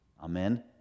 amen